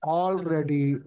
already